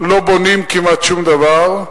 לא בונים כמעט שום דבר,